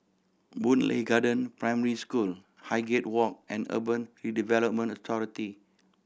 Boon Lay Garden Primary School Highgate Walk and Urban Redevelopment Authority